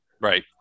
Right